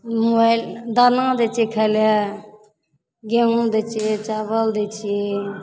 भेल दाना दै छिए खाए ले गेहूँ दै छिए चावल दै छिए